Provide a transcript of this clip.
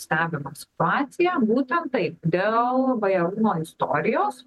stebime situaciją būtent taip dėl bajarūno istorijos